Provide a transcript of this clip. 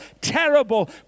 terrible